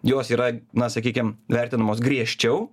jos yra na sakykim vertinamos griežčiau